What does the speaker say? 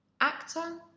actor